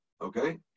okay